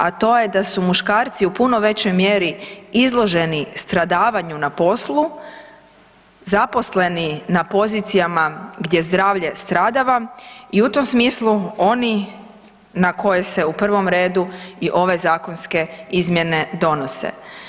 A to je da su muškarci u puno većoj mjeri izloženi stradavanju na poslu, zaposleni na pozicijama gdje zdravlje stradava i u tom smislu oni na koje se u prvom redu i ove zakonske izmjene donose.